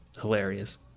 hilarious